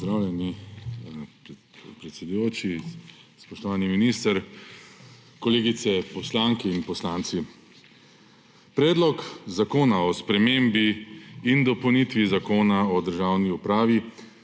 pozdravljeni, predsedujoči. Spoštovani minister, kolegice poslanke in poslanci! Predlog zakona o spremembi in dopolnitvi Zakona o državni upravi